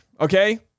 okay